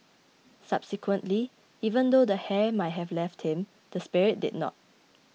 subsequently even though the hair might have left him the spirit did not